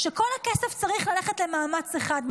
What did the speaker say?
כשכל הכסף צריך ללכת למאמץ אחד,